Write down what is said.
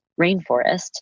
rainforest